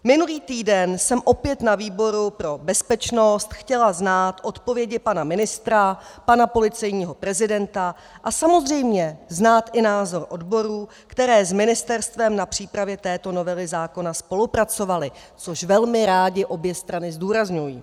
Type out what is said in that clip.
Minulý týden jsem opět na výboru pro bezpečnost chtěla znát odpovědi pana ministra, pana policejního prezidenta a samozřejmě znát i názor odborů, které s ministerstvem na přípravě této novely zákona spolupracovaly, což velmi rády obě strany zdůrazňují.